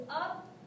up